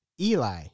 Eli